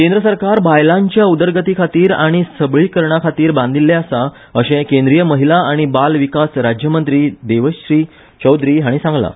केंद्र सरकार बायलांच्या उदरगती खातीर आनी सबळीकरणा खातीर बांदिल्लें आसा अशें केंद्रीय महिला आनी बाल विकास राज्य मंत्री देवश्री चौधरी हांणी सांगलां